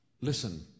listen